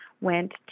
went